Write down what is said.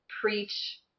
preach